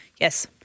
Yes